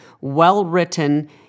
well-written